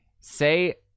Say